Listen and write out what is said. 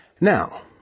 Now